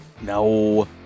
No